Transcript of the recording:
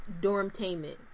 Dormtainment